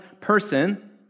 person